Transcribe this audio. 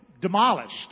Demolished